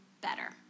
better